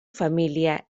familia